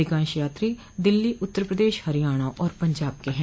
अधिकांश यात्री दिल्ली उत्तर प्रदेश हरियाणा और पंजाब के हैं